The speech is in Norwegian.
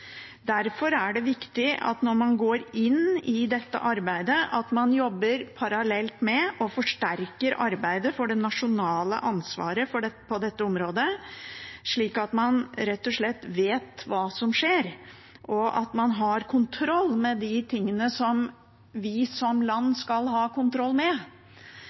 Derfor er det viktig når man går inn i dette arbeidet, at man jobber parallelt med og forsterker arbeidet for det nasjonale ansvaret på dette området, slik at man rett og slett vet hva som skjer, og at man har kontroll med de tingene vi som land skal ha kontroll med.